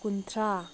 ꯀꯨꯟꯊ꯭ꯔꯥ